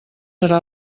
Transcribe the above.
serà